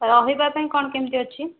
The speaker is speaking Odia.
ରହିବା ପାଇଁ କ'ଣ କେମିତି ଅଛି